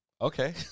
Okay